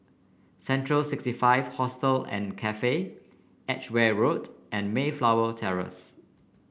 Central sixty five Hostel and Cafe Edgeware Road and Mayflower Terrace